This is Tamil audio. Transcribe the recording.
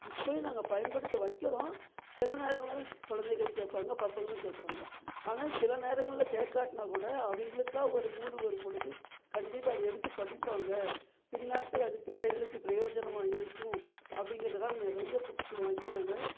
இப்பேயும் நாங்கள் பயன்படுத்த வைக்கிறோம் சில நேரங்கள் தான் குழந்தைகள் கேட்பாங்க பசங்களும் கேட்பாங்க ஆனால் சில நேரங்களில் கேட்காட்டினா கூட அவங்களுக்கா ஒரு மூடு வரும்பொழுது கண்டிப்பாக அதை எடுத்து படிப்பாங்க பின் நாட்கள் அது பிள்ளைகளுக்கு பிரோயோஜனமாக இருக்கும் அப்படிங்கிறதுகாக நிறையா புக்ஸ் வாங்கி நாங்கள்